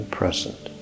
present